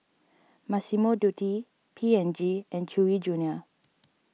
Massimo Dutti P and G and Chewy Junior